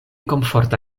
komforta